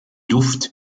luft